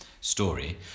story